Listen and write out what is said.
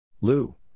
Lou